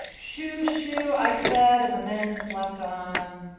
shoo, shoo, i said and the men slept on.